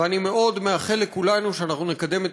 ואני מאחל לכולנו מאוד שאנחנו נקדם את